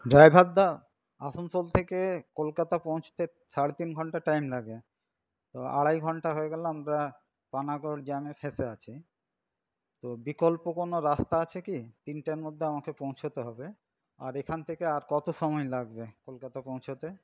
ড্রাইভারদা আসানসোল থেকে কলকাতা পৌঁছতে সাড়ে তিন ঘন্টা টাইম লাগে তো আড়াই ঘন্টা হয়ে গেল আমরা পানাগড় জ্যামে ফেঁসে আছি তো বিকল্প কোনো রাস্তা আছে কি তিনটের মধ্যে আমাকে পৌঁছতে হবে আর এখান থেকে আর কত সময় লাগবে কলকাতা পৌঁছোতে